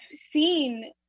seen